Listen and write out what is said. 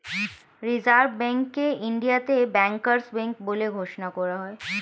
reserve ব্যাঙ্ককে ইন্ডিয়াতে bankers bank বলে ঘোষণা করা হয়